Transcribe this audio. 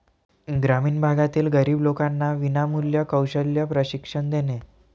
ग्रामीण भागातील गरीब लोकांना विनामूल्य कौशल्य प्रशिक्षण देणे